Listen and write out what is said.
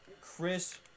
Chris